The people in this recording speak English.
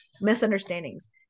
Misunderstandings